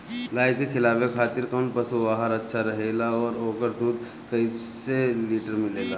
गाय के खिलावे खातिर काउन पशु आहार अच्छा रहेला और ओकर दुध कइसे लीटर मिलेला?